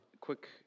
quick